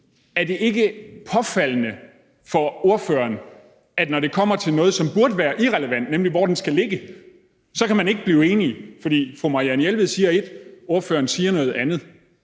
Er det ikke påfaldende for ordføreren, at når det kommer til noget, som burde være irrelevant, nemlig hvor den skal ligge, så kan man ikke blive enige? For fru Marianne Jelved siger et, ordføreren siger noget andet.